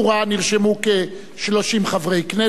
נרשמו כ-30 חברי כנסת,